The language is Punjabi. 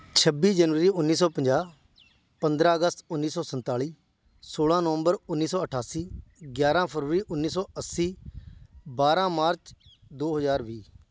ਛੱਬੀ ਜਨਵਰੀ ਉੱਨੀ ਸੌ ਪੰਜਾਹ ਪੰਦਰਾਂ ਅਗਸਤ ਉੱਨੀ ਸੌ ਸੰਤਾਲੀ ਸੋਲਾਂ ਨਵੰਬਰ ਉੱਨੀ ਸੌ ਅਠਾਸੀ ਗਿਆਰਾਂ ਫਰਵਰੀ ਉੱਨੀ ਸੌ ਅੱਸੀ ਬਾਰਾਂ ਮਾਰਚ ਦੋ ਹਜ਼ਾਰ ਵੀਹ